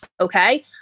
okay